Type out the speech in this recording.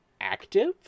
active